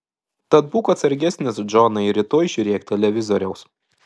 tad būk atsargesnis džonai ir rytoj žiūrėk televizoriaus